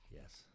Yes